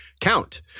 count